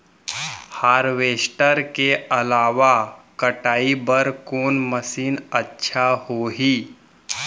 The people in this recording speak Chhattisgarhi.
हारवेस्टर के अलावा कटाई बर कोन मशीन अच्छा होही?